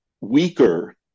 weaker